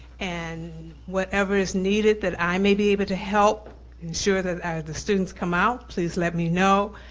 and whatever is needed that i may be able to help ensure that the students come out, please let me know.